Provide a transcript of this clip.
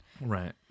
Right